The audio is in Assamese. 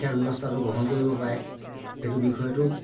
শিক্ষা ব্যৱস্থাটো গ্ৰহণ কৰিব পাৰে সেইটো বিষয়টো